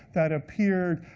that appear